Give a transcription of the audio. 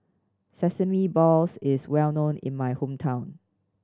sesame balls is well known in my hometown